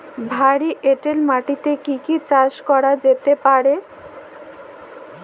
ভারী এঁটেল মাটিতে কি কি চাষ করা যেতে পারে?